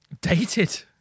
dated